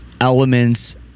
elements